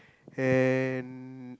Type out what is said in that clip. and